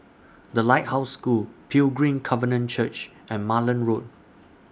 The Lighthouse School Pilgrim Covenant Church and Malan Road